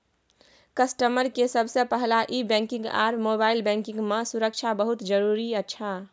customer के सबसे पहला ई बैंकिंग आर मोबाइल बैंकिंग मां सुरक्षा बहुत जरूरी अच्छा